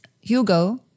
Hugo